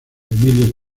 emilio